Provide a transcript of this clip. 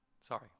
Sorry